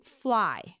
fly